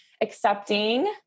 accepting